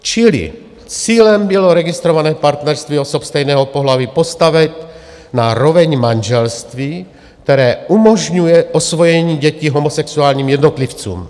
Čili cílem bylo registrované partnerství osob stejného pohlaví postavit na roveň manželství, které umožňuje osvojení dětí homosexuálním jednotlivcům.